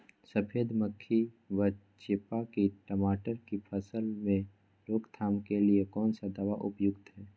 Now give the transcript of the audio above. सफेद मक्खी व चेपा की टमाटर की फसल में रोकथाम के लिए कौन सा दवा उपयुक्त है?